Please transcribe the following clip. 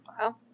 Wow